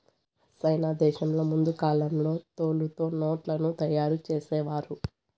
సైనా దేశంలో ముందు కాలంలో తోలుతో నోట్లను తయారు చేసేవారు